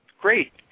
Great